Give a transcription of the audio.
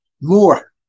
more